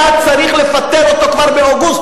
היה צריך לפטר אותו כבר באוגוסט,